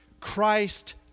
Christ